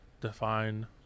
define